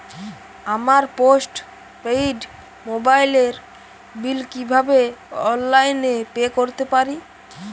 আমার postpaid মোবাইলের bill কীভাবে অনলাইনে পে করতে পারি?